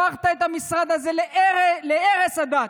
הפכת את המשרד הזה להרס הדת,